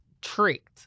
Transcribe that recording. tricked